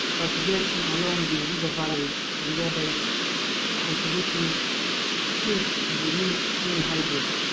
cultivating along the river valleys and thereby so contributing silt to the mini mini hydro,